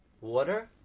Water